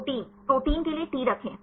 protein protein के लिए टी रखे